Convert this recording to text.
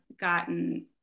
gotten